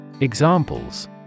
Examples